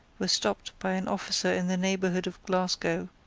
were stopped by an officer in the neighbourhood of glasgow.